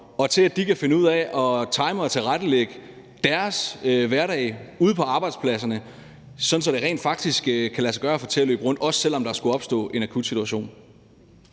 og til, at de kan finde ud af at time og tilrettelægge deres hverdag ude på arbejdspladserne, sådan at det rent faktisk kan lade sig gøre at få det til at løbe rundt, også selv om der skulle opstå en akut situation.